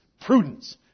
prudence